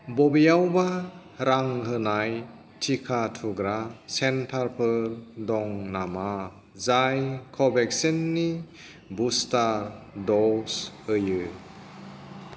बबेयावबा रां होनाय टिका थुग्रा सेन्टारफोर दं नामा जाय कवभेक्सनि बुस्टार दज होयो